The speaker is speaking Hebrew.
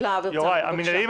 יוראי,